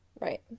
right